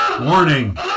Warning